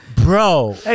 Bro